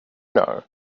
know